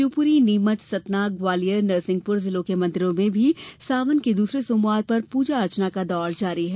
शिवपुरी नीमच सतना ग्वालियर नरसिंहपुर जिलों के मन्दिरों में भी सावन के दूसरे सोमवार पर पूजा अर्चना का दौर जारी है